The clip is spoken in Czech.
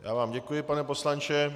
Já vám děkuji, pane poslanče.